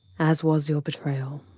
as was your betrayal.